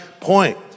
point